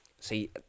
see